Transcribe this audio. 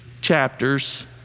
chapters